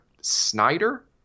snyder